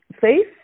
faith